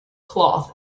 cloth